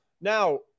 Now